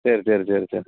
சரி சரி சரி சரி